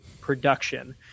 production